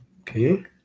Okay